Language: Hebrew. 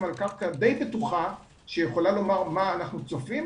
על קרקע די בטוחה שיכולה לומר מה אנחנו צופים.